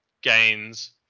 gains